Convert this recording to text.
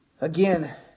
again